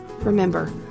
Remember